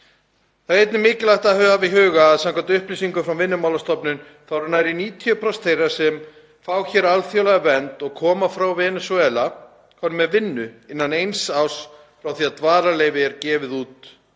Það er einnig mikilvægt að hafa í huga að samkvæmt upplýsingum frá Vinnumálastofnun voru nærri 90% þeirra sem fá hér alþjóðlega vernd og koma frá Venesúela komin með vinnu innan eins árs frá því að dvalarleyfi er gefið út.